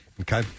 Okay